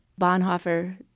Bonhoeffer